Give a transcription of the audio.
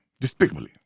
despicably